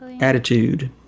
attitude